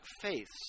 faiths